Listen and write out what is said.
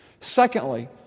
Secondly